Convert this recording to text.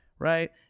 Right